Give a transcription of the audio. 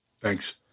Thanks